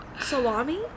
Salami